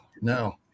no